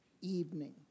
evening